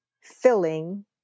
filling